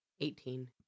Eighteen